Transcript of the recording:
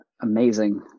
amazing